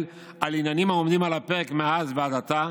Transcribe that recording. על עניינים העומדים על הפרק מאז ועד עתה